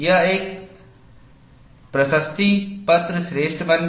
यह एक प्रशस्ति पत्र श्रेष्ठ बन गया